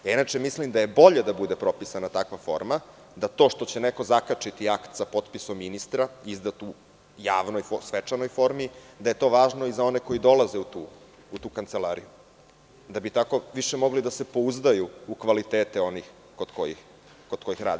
Inače, mislim da je bolje da bude propisana takva forma, da to što će neko zakačiti akt sa potpisom ministra, izdat u javnoj i svečanoj formi, da je to važno i za one koji dolaze u tu kancelariju da bi tako mogli da se pouzdaju u kvalitete onih kod kojih rade.